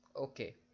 Okay